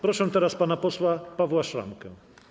Proszę teraz pana posła Pawła Szramkę.